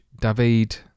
David